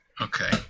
Okay